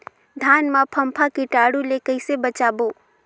धान मां फम्फा कीटाणु ले कइसे बचाबो?